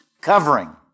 covering